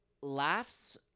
laughs